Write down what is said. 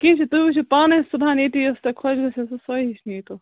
کیٚنٛہہ چھُنہٕ تُہۍ وُچھِو پانَے صُبحن ییٚتی یُس تۄہہِ خۄش گژھوٕ سۄے ہِش نیٖتَو